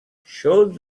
should